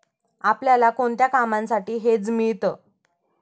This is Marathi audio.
आपल्याला कोणत्या कामांसाठी हेज मिळतं?